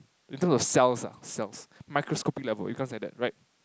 in terms of cells ah cells microscopic level becomes like that right